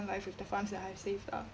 life with the funds that I've saved ah